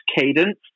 cadence